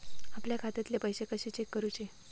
आपल्या खात्यातले पैसे कशे चेक करुचे?